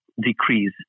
decrease